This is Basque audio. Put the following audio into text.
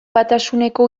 batasuneko